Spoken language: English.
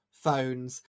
phones